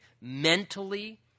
mentally